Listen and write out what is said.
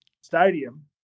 stadium